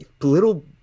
little